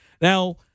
Now